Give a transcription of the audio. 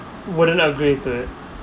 wouldn't agree to it